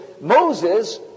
Moses